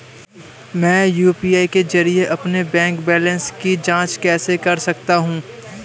मैं यू.पी.आई के जरिए अपने बैंक बैलेंस की जाँच कैसे कर सकता हूँ?